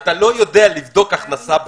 אני נותן לך פתרון אתה לא יכול לבדוק הכנסה בחו"ל.